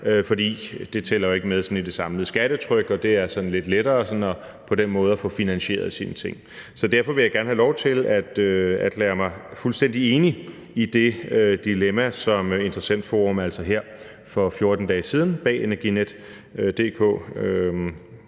fordi det ikke tæller med i det samlede skattetryk og det sådan er lidt lettere på den måde at få finansieret sine ting. Så derfor vil jeg gerne have lov til at erklære mig fuldstændig enig i det dilemma, som Interessentforum bag Energinet